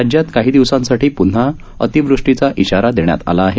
राज्यात काही दिवसांसाठी प्न्हा अतिवृष्टीचा इशारा देण्यात आला आहे